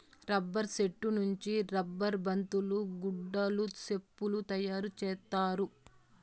rubber సెట్టు నుంచి rubber బంతులు గుడ్డలు సెప్పులు తయారు చేత్తారు